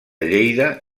lleida